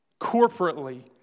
Corporately